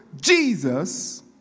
Jesus